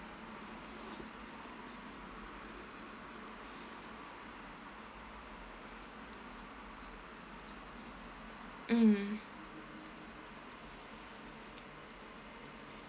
mm